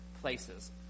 places